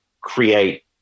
create